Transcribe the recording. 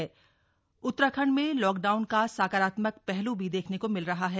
प्रदूषण स्तर उत्तराखंड में लॉकडाउन का सकारात्मक पहलू भी देखने को मिल रहा है